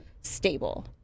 stable